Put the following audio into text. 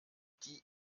die